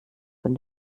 von